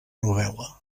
novel·la